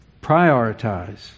prioritize